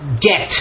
get